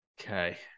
Okay